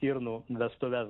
stirnų vestuves